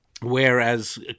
whereas